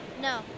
No